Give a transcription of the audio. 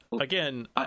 again